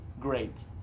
great